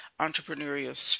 entrepreneurial